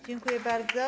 Dziękuję bardzo.